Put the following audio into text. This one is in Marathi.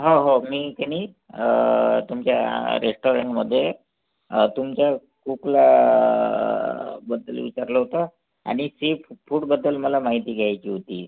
हो हो मी की नाही तुमच्या रेस्टॉरेंटमध्ये तुमचं कूकलाबद्दल विचारलं होतं आणि सी फूडबद्दल मला माहिती घ्यायची होती